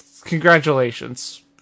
congratulations